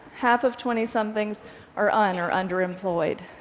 half of twentysomethings are un or under-employed.